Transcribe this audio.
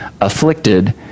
afflicted